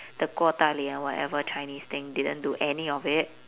the 过大礼 ah whatever chinese thing didn't do any of it